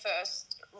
first